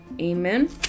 amen